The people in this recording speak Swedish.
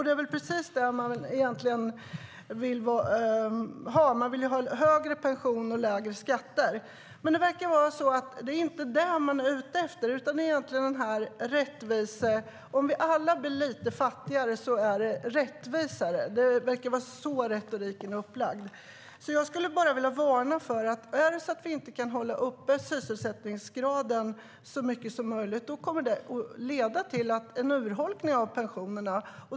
Det är precis motsatt det man vill ha. Man vill ha högre pensioner och lägre skatter. Det är inte det man egentligen är ute efter, utan det är en rättvisetanke. Om vi alla blir lite fattigare så är det rättvisare. Det verkar vara så retoriken är upplagd. Jag skulle vilja varna för att om vi inte kan hålla uppe sysselsättningsgraden så mycket som möjligt kommer det att leda till en urholkning av pensionerna.